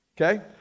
okay